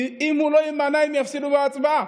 כי אם הוא לא יימנע, הם יפסידו בהצבעה.